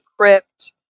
crypt